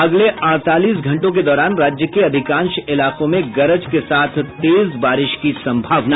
अगले अड़तालीस घंटों के दौरान राज्य के अधिकांश इलाकों में गरज के साथ तेज बारिश की संभावना